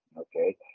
Okay